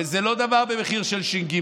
וזה לא דבר במחיר של ש"ג,